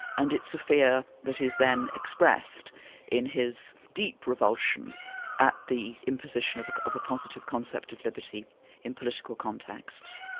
and it's a fear that is then expressed in his deep revulsion at the imposition of of a positive concept of liberty in political contexts.